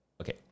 okay